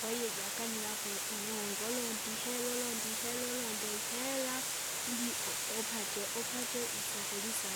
Kwahiyo jakanila apo unongi ulonde uhera ulonde ihera ulonde ihera, ili ui- upate upate isyakurisa,